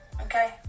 Okay